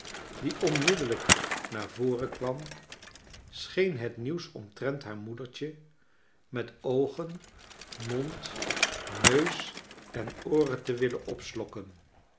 die onmiddellijk naar voren kwam scheen het nieuws omtrent haar moedertje met oogen mond neus en ooren te willen opslokken